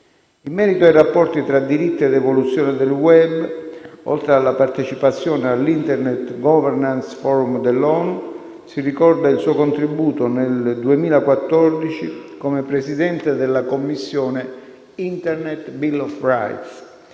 In merito ai rapporti tra diritto ed evoluzione del *web*, oltre alla partecipazione all'Internet governance forum dell'ONU, si ricorda il suo contributo nel 2014 come presidente della commissione Internet bill of rights,